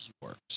works